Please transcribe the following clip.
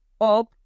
up